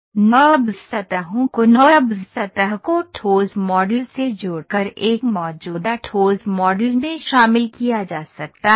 NURBS सतहों को NURBS सतह को ठोस मॉडल से जोड़कर एक मौजूदा ठोस मॉडल में शामिल किया जा सकता है